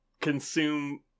consume